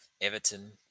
Everton